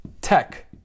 tech